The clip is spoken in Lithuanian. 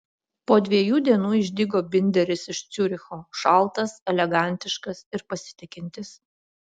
po dviejų dienų išdygo binderis iš ciuricho šaltas elegantiškas ir pasitikintis